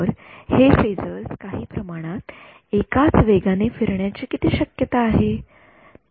तर हे फेजर्स काही प्रमाणात एकाच वेगाने फिरण्याची किती शक्यता आहे